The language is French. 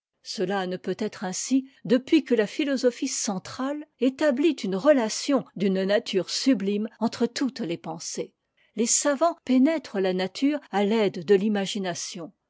cela ne peut être ainsi depuis que la philosophie centrale établit une relation d'une nature sublime entre toutes les pensées les savants pénètrent la uature à l'aide de l'imagination